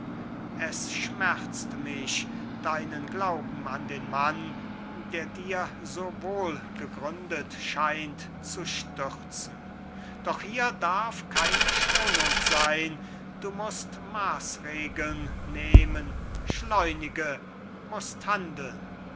es schmerzt mich deinen glauben an den mann der dir so wohlgegründet scheint zu stürzen doch hier darf keine schonung sein du mußt maßregeln nehmen schleunige